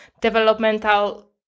developmental